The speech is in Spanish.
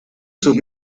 sus